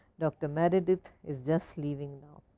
doctor meredith is just leaving now.